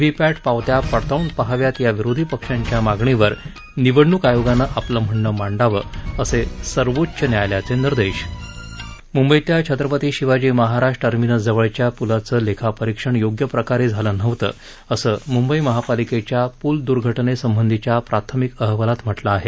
V पॅट पावत्या पडताळून पाहाव्यात या विरोधी पक्षांच्या मागणीवर निवडणूक आयोगानं आपलं म्हणणं मांडावं असे सर्वोच्च न्यायालयाचे निर्देश मुंबईतल्या छत्रपती शिवाजी महाराज टर्मिनस जवळच्या पूलाचं लेखापरीक्षण योग्यप्रकारे झालं नव्हतं असं मुंबई महापालिकेच्या पूल दूर्घटनेसंबंधीच्या प्राथमिक अहवालात म्हटलं आहे